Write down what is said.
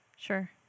Sure